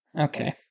Okay